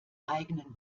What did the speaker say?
eigenen